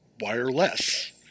wireless